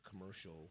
commercial